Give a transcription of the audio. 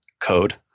code